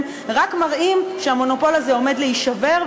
רק מראים שהמונופול הזה עומד להישבר,